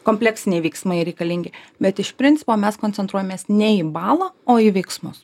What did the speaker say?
kompleksiniai veiksmai reikalingi bet iš principo mes koncentruojamės ne į balą o į veiksmus